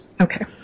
Okay